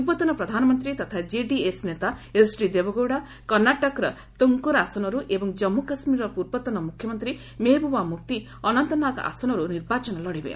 ପୂର୍ବତନ ପ୍ରଧାନମନ୍ତ୍ରୀ ତଥା କେଡିଏସ୍ ନେତା ଏଚ୍ଡି ଦେୱେଗୌଡ଼ା କର୍ଷାଟକର ତ୍କୁଙ୍କୁର ଏବଂ କଜ୍ମୁ କାଶ୍ମୀରର ପୂର୍ବତନ ମୁଖ୍ୟମନ୍ତ୍ରୀ ମେହବୁବା ମୁଫ୍ତି ଅନନ୍ତନାଗ ଆସନରୁ ନିର୍ବାଚନ ଲଢ଼ିବେ